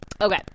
Okay